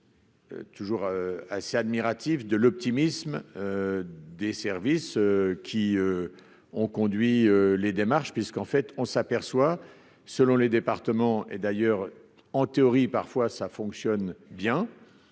Toujours assez admiratif de l'optimisme des services qui ont conduit les démarches puisqu'en fait on s'aperçoit selon les départements, et d'ailleurs, en théorie, parfois ça fonctionne bien,